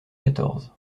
quatorze